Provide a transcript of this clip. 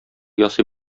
ясый